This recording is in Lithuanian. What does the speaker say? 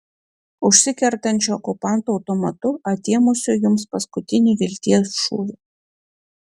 užsikertančiu okupanto automatu atėmusiu jums paskutinį vilties šūvį